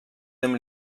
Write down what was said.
dem